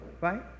right